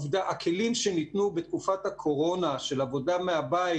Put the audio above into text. הכלים שניתנו בתקופת הקורונה של עבודה מהבית,